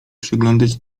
przeglądać